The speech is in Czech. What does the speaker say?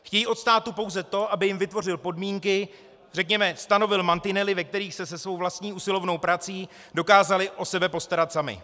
Chtějí od státu pouze to, aby jim vytvořil podmínky, řekněme, stanovil mantinely, ve kterých by se se svou vlastní usilovnou prací dokázali o sebe postarat sami.